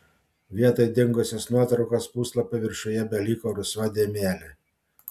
vietoj dingusios nuotraukos puslapio viršuje beliko rusva dėmelė